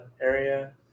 area